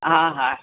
हा हा